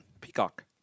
Peacock